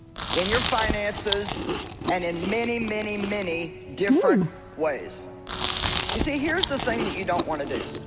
in your finances and in many many many different ways you see here's the thing that you don't want to do